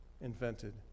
invented